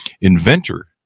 Inventor